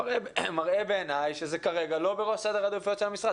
מראה בעיני שזה כרגע לא בראש סדר העדיפויות של המשרד.